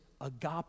agape